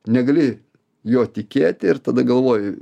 negali juo tikėti ir tada galvoji